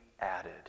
added